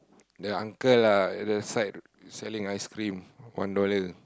the uncle lah at the side selling ice-cream one dollar